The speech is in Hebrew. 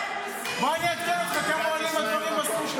אני אעדכן אותך כמה עולים הדברים בסופר,